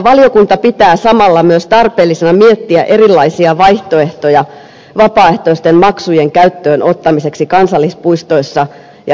valiokunta pitää samalla myös tarpeellisena miettiä erilaisia vaihtoehtoja vapaaehtoisten maksujen käyttöön ottamiseksi kansallispuistoissa ja retkeilyalueilla